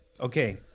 okay